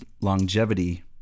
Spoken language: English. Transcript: longevity